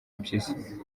mpyisi